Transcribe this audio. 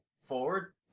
forward